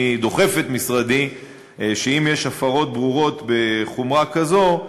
אני דוחף את משרדי שאם יש הפרות ברורות בחומרה כזאת,